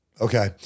Okay